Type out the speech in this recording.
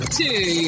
two